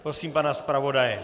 Prosím pana zpravodaje.